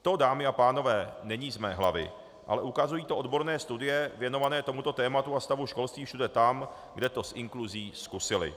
To, dámy a pánové, není z mé hlavy, ale ukazují to odborné studie věnované tomuto tématu a stavu školství všude tam, kde to s inkluzí zkusili.